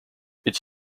its